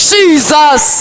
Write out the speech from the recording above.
Jesus